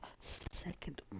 second